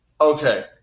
Okay